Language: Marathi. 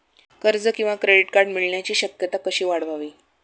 कर्ज किंवा क्रेडिट कार्ड मिळण्याची शक्यता कशी वाढवावी?